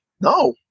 No